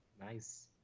nice